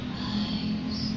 eyes